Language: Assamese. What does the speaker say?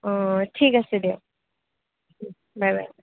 অঁ ঠিক আছে দিয়ক বাই বাই